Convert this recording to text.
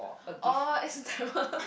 oh is that one